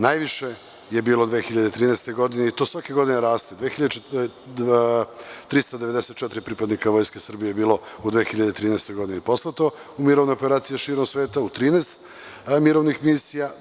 Najviše je bilo 2013. godine, i to svake godine raste, 394 pripadnika Vojske Srbije je bilo poslato u mirovne operacije širom sveta u 13 mirovnih misija.